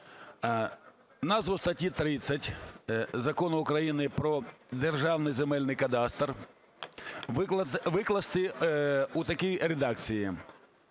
назву статті 30 Закону України "Про Державний земельний кадастр" викласти у такій редакції: